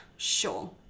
Sure